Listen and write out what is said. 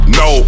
no